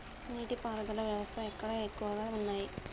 నీటి పారుదల వ్యవస్థలు ఎక్కడ ఎక్కువగా ఉన్నాయి?